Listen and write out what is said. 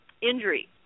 injury